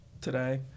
today